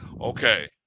Okay